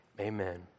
Amen